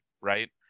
right